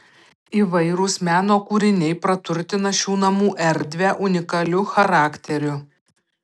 įvairūs meno kūriniai praturtina šių namų erdvę unikaliu charakteriu